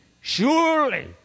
surely